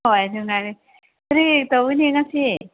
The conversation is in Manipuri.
ꯍꯣꯏ ꯅꯨꯡꯉꯥꯏꯔꯤ ꯀꯔꯤ ꯇꯧꯒꯅꯤ ꯉꯁꯤ